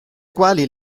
quali